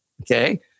Okay